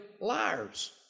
liars